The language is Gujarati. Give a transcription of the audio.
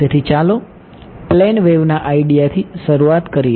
તેથી ચાલો પ્લેન વેવના આઇડિયાથી શરૂઆત કરીએ